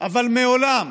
אבל מעולם